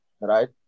right